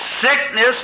Sickness